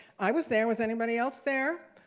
i was there, was anybody else there?